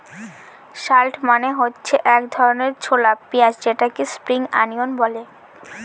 shallot মানে হচ্ছে এক ধরনের ছোলা পেঁয়াজ যেটাকে স্প্রিং অনিয়ন বলে